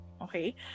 Okay